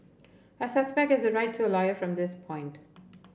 a suspect has the right to a lawyer from this point